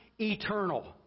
eternal